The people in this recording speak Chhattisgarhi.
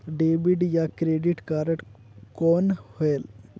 डेबिट या क्रेडिट कारड कौन होएल?